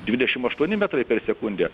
dvidešim aštuoni metrai per sekundę